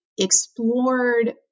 explored